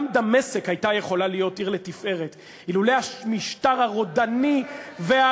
גם דמשק הייתה יכולה להיות עיר לתפארת אילולא המשטר הרודני והרצחני.